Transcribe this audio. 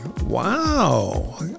Wow